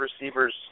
receivers